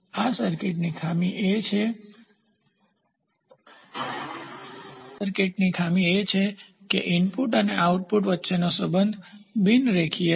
આ સર્કિટની ખામી એ છે કે ઇનપુટ અને આઉટપુટ વચ્ચેનો સંબંધ બિન રેખીય છે